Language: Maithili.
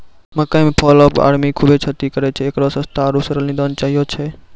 मकई मे फॉल ऑफ आर्मी खूबे क्षति करेय छैय, इकरो सस्ता आरु सरल निदान चाहियो छैय?